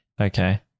Okay